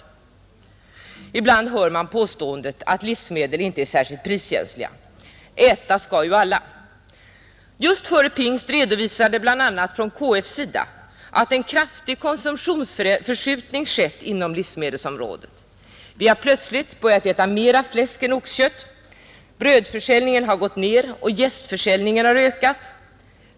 Ibland hör man påståendet att livsmedel inte är särskilt priskänsliga: äta skall ju alla. Just före pingst redovisades bl.a. från KF:s sida att en kraftig konsumtionsförskjutning skett inom livsmedelsområdet. Vi har plötsligt börjat äta mer fläsk än oxkött, brödförsäljningen har gått ner och fläskförsäljningen har ökat.